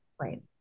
Right